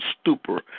stupor